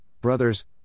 Brothers